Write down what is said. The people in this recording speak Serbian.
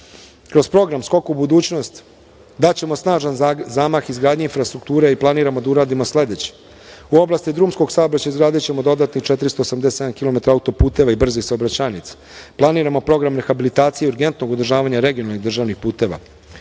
program „Skok u budućnost“ daćemo snažan zamah izgradnji infrastrukture i planiramo da uradimo sledeće. U oblasti drumskom saobraćaja izgradićemo dodatnih 487 kilometra autoputa i brzih saobraćajnica. Planiramo program rehabilitacije i urgentnog održavanja regionalnih državnih puteva.